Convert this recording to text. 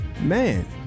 man